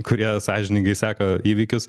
kurie sąžiningai seka įvykius